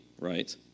right